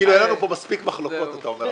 כאילו אין לנו פה מספיק מחלוקות אתה אומר,